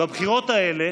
בבחירות האלה